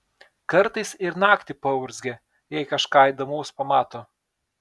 kartais ir naktį paurzgia jei kažką įdomaus pamato